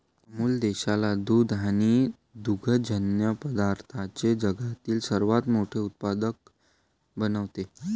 अमूल देशाला दूध आणि दुग्धजन्य पदार्थांचे जगातील सर्वात मोठे उत्पादक बनवते